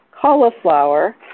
cauliflower